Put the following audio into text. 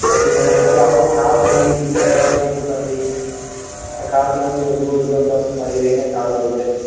પછી તમારે ત્યાં આવો તો ખાવા પીવાની બી ચિંતા કરવાની જરૂર નથી ખાવા પીવાનું બી બધું એકદમ તમને મળી રહે ને સારું રહેશે